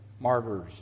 martyrs